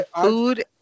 food